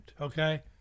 okay